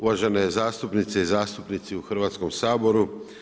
Uvažene zastupnice i zastupnici u Hrvatskom saboru.